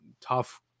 tough